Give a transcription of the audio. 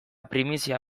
primizia